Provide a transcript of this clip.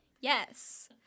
yes